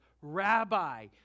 Rabbi